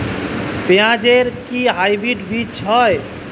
পেঁয়াজ এর কি হাইব্রিড বীজ হয়?